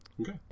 Okay